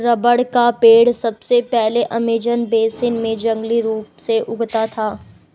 rubber का पेड़ सबसे पहले अमेज़न बेसिन में जंगली रूप से उगता था